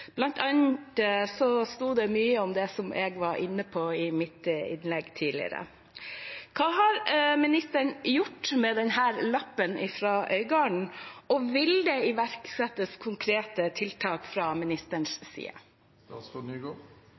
sto det mye om det jeg var inne på i mitt innlegg tidligere. Hva har statsråden gjort med denne lappen fra Øyangen, og vil det iverksettes konkrete tiltak fra